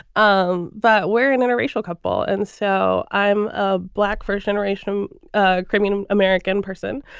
um but we're an interracial couple. and so i'm a black first generation um ah criminal american person.